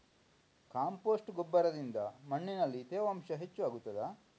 Compost ಗೊಬ್ಬರದಿಂದ ಮಣ್ಣಿನಲ್ಲಿ ತೇವಾಂಶ ಹೆಚ್ಚು ಆಗುತ್ತದಾ?